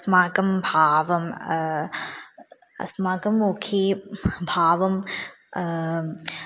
म आव् अस्माकं भावं अस्माकं मुखभावं